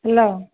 hello